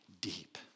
Deep